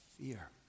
fear